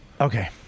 Okay